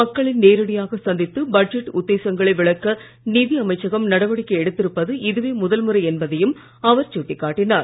மக்களை நேரடியாக சந்தித்து பட்ஜெட் உத்தேசங்களை விளக்க நிதி அமைச்சகம் நடவடிக்கை எடுத்திருப்பது இதுவே முதல் முறை என்பதையும் அவர் சுட்டிக் காட்டினார்